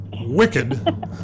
Wicked